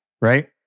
right